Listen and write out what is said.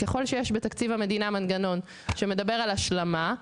ככל שיש בתקציב המדינה מנגנון שמדבר על השלמה,